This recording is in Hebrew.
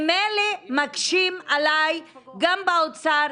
ממילא מקשים עליי גם באוצר,